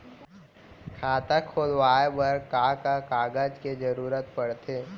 खाता खोलवाये बर का का कागज के जरूरत पड़थे?